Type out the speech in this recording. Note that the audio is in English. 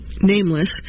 nameless